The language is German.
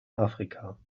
afrika